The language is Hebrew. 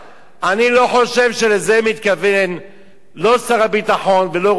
אני לא חושב שלזה מתכוון לא שר הביטחון ולא ראש אכ"א.